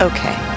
Okay